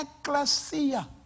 Ecclesia